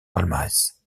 palmarès